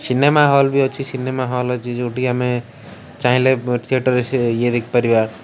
cinema ହଲ୍ବି ଅଛି cinema hall ଅଛି ଯେଉଁଠିକି ଆମେ ଚାହିଁଲେ ଥିଏଟର୍ରେ ସେ ଇଏ ଦେଖିପାରିବା